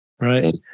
Right